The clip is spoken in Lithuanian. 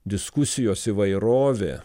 diskusijos įvairovė